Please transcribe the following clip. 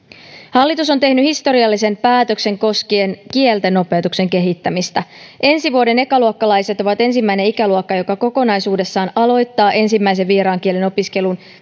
hallitus on tehnyt historiallisen päätöksen koskien kieltenopetuksen kehittämistä ensi vuoden ekaluokkalaiset ovat ensimmäinen ikäluokka joka kokonaisuudessaan aloittaa ensimmäisen vieraan kielen opiskelun